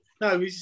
No